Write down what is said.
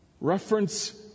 Reference